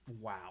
Wow